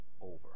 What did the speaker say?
over